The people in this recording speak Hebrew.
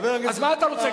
אז מה אתה רוצה,